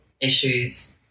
issues